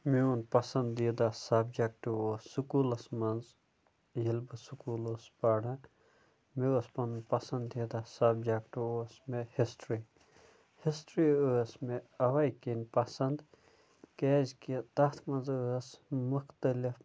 میٛون پَسنٛدیٖدہ سَبجَکٹہٕ اوس سکوٗلَس منٛز ییٚلہِ بہٕ سکوٗل اوس پَران مےٚ اوس پَنُن پَسنٛدیٖدہ سَبجَکٹہٕ اوس مےٚ ہِسٹرٛی ہِسٹرٛی ٲس مےٚ اَوَے کِنۍ پَسنٛد کیٛازِکہِ تَتھ منٛز ٲس مُختلِف